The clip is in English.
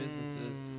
businesses